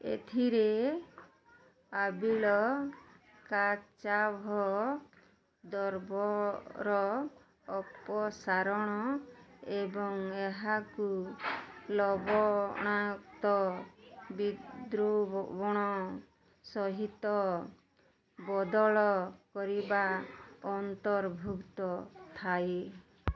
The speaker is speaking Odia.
ଏଥିରେ ଆବିଳ କାଚାଭ ଦ୍ରବର ଅପସାରଣ ଏବଂ ଏହାକୁ ଲବଣାକ୍ତ ବିଦ୍ରୁବଣ ସହିତ ବଦଳ କରିବା ଅନ୍ତର୍ଭୁକ୍ତ ଥାଏ